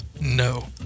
No